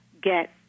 get